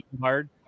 hard